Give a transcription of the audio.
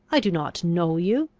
i do not know you.